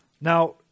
Now